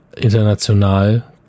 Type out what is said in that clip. international